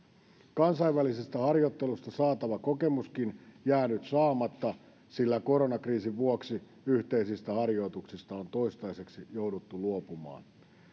kansainvälisestä harjoittelusta saatava kokemuskin jää nyt saamatta sillä koronakriisin vuoksi yhteisistä harjoituksista on toistaiseksi jouduttu luopumaan